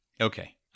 Okay